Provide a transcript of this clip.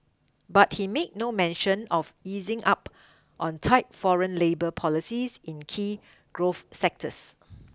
but he made no mention of easing up on tight foreign labour policies in key growth sectors